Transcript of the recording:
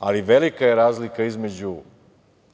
ali velika je razlika između